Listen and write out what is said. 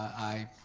i